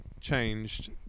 changed